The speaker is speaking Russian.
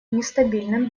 нестабильным